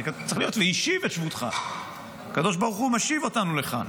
הרי צריך להיות "והשיב את שבותך" הקדוש ברוך הוא משיב אותנו לכאן.